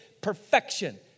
perfection